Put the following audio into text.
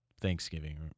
Thanksgiving